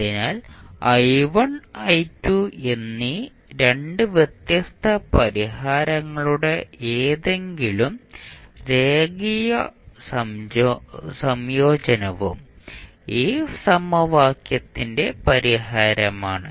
അതിനാൽ എന്നീ 2 വ്യത്യസ്ത പരിഹാരങ്ങളുടെ ഏതെങ്കിലും രേഖീയ സംയോജനവും ഈ സമവാക്യത്തിന്റെ പരിഹാരമാണ്